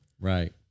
Right